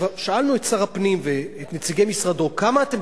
שאלנו את שר הפנים ואת נציגי משרדו: כמה אתם